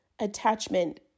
attachment